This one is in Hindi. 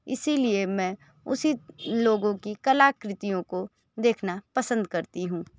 इसलिए मैं उसी लोगों की कलाकृतीयों को देखना पसंद करती हूँ